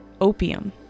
opium